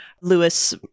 Lewis